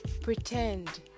pretend